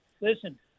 Listen